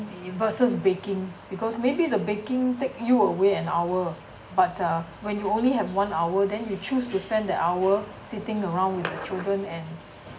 versus baking because maybe the baking take you away an hour but uh when you only have one hour then you choose to spend that hour sitting around with the children and